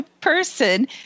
person